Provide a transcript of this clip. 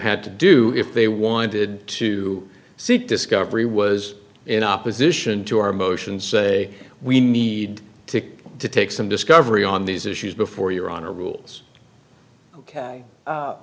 had to do if they wanted to seek discovery was in opposition to our motion say we need to take some discovery on these issues before your honor rules ok